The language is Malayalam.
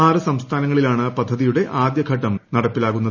ആറ് സംസ്ഥാനങ്ങളിലാണ് പദ്ധതിയുടെ ആദൃ ഘട്ടം നടക്കിലാക്കുന്നത്